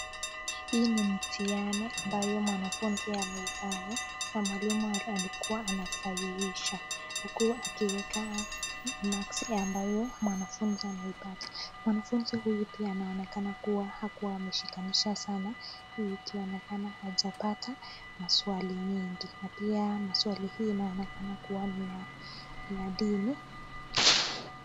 Hii ni mithiani ambaye mwanafunzi ameifanya na mwalimu alikuwa anasahihisha huku akiweka marks ambaye mwanafunzi ameipata , mwanafunzi huyu pia anaonekana hakua ameshikanisha sana hii ikioneksna hajapata maswali mengi pia maswali hii inaonekana kuwa ni ya dini.